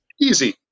Easy